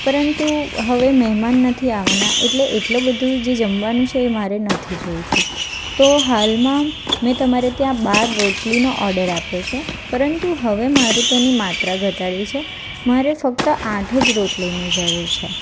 પરંતુ હવે મહેમાન નથી આવવાના એટલે એટલું બધું જે જમવાનું છે એ મારે નથી જોઈતું તો હાલમાં મે તમારે ત્યાં બાર રોટલીનો ઓડર આપ્યો છે પરંતુ હવે મારે તેની માત્રા ઘટાડવી છે મારે ફક્ત આઠ જ રોટલીની જરૂર છે